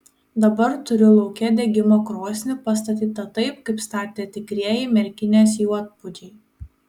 dabar turi lauke degimo krosnį pastatytą taip kaip statė tikrieji merkinės juodpuodžiai